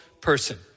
person